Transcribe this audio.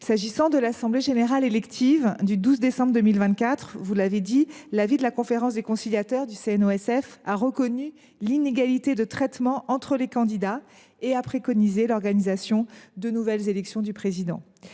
qui est de l’assemblée générale élective du 12 décembre 2024, vous l’avez dit, la conférence des conciliateurs du CNOSF, dans son avis, a reconnu l’inégalité de traitement entre les candidats et a préconisé l’organisation de nouvelles élections à la présidence.